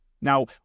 Now